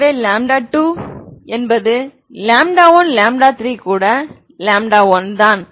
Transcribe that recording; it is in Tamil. எனவே 2 என்பது 1 3 கூட 1 தான்